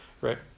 right